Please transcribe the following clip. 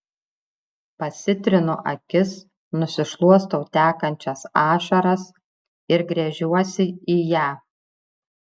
pasitrinu akis nusišluostau tekančias ašaras ir gręžiuosi į ją